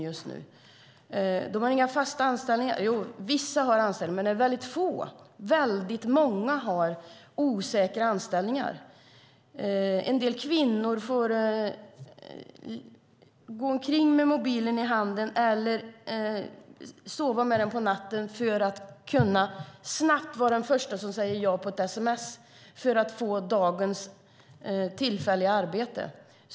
Vissa har fasta anställningar, men det är väldigt få. Väldigt många har osäkra anställningar. En del kvinnor får gå omkring med mobilen i handen eller sova med den på natten för att kunna snabbt vara den första som säger ja på ett sms för att få dagens tillfälliga arbete.